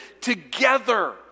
together